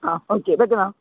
ആ ഓക്കെ വയ്ക്കുന്നോ